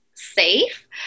safe